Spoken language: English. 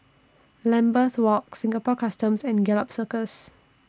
Lambeth Walk Singapore Customs and Gallop Circus